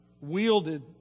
wielded